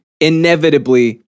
inevitably